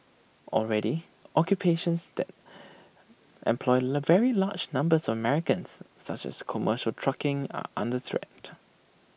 already occupations that employ le very large numbers of Americans such as commercial trucking are under threat